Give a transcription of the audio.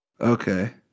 Okay